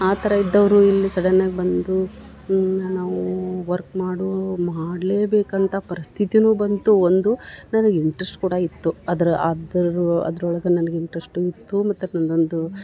ಆ ಥರ ಇದ್ದವರು ಇಲ್ಲಿ ಸಡನ್ನಾಗಿ ಬಂದು ನಾವೂ ವರ್ಕ್ ಮಾಡು ಮಾಡಲೇಬೇಕಂತ ಪರಿಸ್ಥಿತಿನು ಬಂತು ಒಂದು ನನಗೆ ಇಂಟ್ರೆಸ್ಟ್ ಕೂಡ ಇತ್ತು ಅದ್ರ ಆದ್ರೆ ಅದ್ರೊಳಗೆ ನನಗೆ ಇಂಟ್ರೆಸ್ಟು ಇತ್ತು ಮತ್ತು ನಂದು ಒಂದು